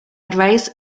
advice